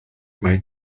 mai